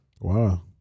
Wow